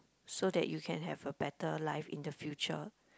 so that you can have a better life in the future